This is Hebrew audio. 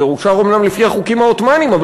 זה אומנם אושר לפי החוקים העות'מאניים,